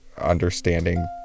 understanding